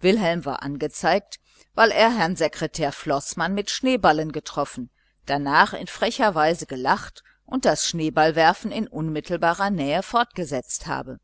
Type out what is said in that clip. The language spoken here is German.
wilhelm war angezeigt worden weil er herrn sekretär floßmann mit schneeballen getroffen darnach in frecher weise gelacht und das schneeballenwerfen in unmittelbarer nähe fortgesetzt habe